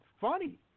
funny